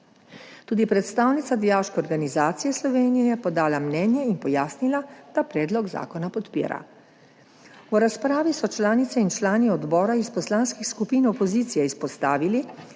Tudi predstavnica Dijaške organizacije Slovenije je podala mnenje in pojasnila, da predlog zakona podpira. V razpravi so članice in člani odbora iz poslanskih skupin opozicije izpostavili,